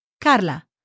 Carla